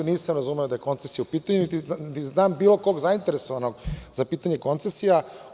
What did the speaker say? Nisam razumeo da je koncesija u pitanju, niti znam bilo koga zainteresovanog za pitanje koncesija.